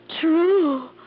true